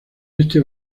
este